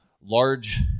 large